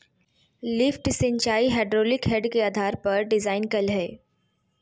lift सिंचाई hydraulic head के आधार पर डिजाइन कइल हइ